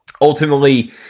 Ultimately